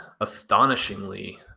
astonishingly